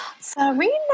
Serena